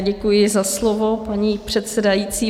Děkuji za slovo, paní předsedající.